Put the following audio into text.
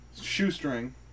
shoestring